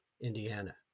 Indiana